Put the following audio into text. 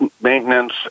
maintenance